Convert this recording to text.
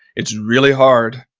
it's really hard,